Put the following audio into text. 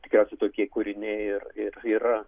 tikriausiai tokie kūriniai ir ir yra